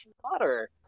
slaughter